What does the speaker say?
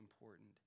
important